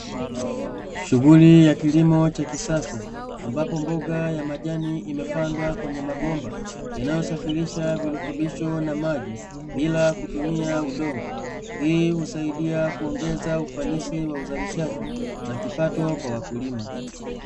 Shughuli ya kilimo cha kisasa ambapo mboga ya majani imepandwa kwenye mabomba, yanayosafirisha virutubisho na maji bila kutumia udongo. Hii husaidia kuongeza ufanisi wa uzalishaji na kipato kwa wakulima.